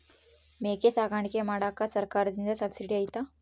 ಮೇಕೆ ಸಾಕಾಣಿಕೆ ಮಾಡಾಕ ಸರ್ಕಾರದಿಂದ ಸಬ್ಸಿಡಿ ಐತಾ?